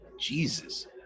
Jesus